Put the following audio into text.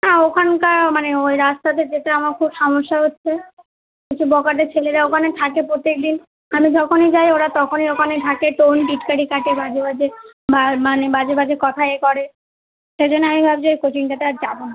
না ওখানকার মানে ওই রাস্তাতে যেতে আমার খুব সমস্যা হচ্ছে কিছু বখাটে ছেলেরা ওখানে থাকে প্রত্যেক দিন আমি যখনই যাই ওরা তখনই ওখানে থাকে টোন টিটকারি কাটে মাঝে মাঝে মার মানে বাজে বাজে কথা এ করে সেই জন্য আমি ভাবছি ওই কোচিংটাতে আর যাবো না